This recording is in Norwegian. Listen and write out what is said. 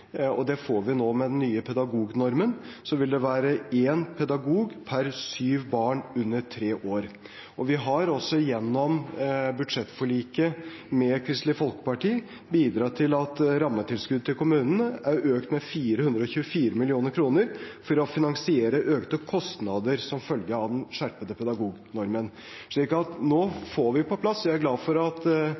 og det får vi nå med den nye pedagognormen. Da vil det være en pedagog per syv barn under tre år. Vi har også gjennom budsjettforliket med Kristelig Folkeparti bidratt til at rammetilskuddet til kommunene er økt med 424 mill. kr for å finansiere økte kostnader som følge av den skjerpede pedagognormen. Nå får vi det på plass. Jeg er glad for at